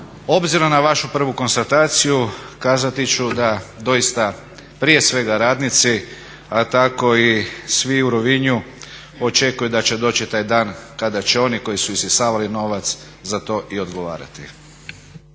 Obzirom na vašu prvu konstataciju kazati ću da doista prije svega radnici, a tako i svi u Rovinju očekuju da će doći taj dan kada će oni koji su isisavali novac za to i odgovarati.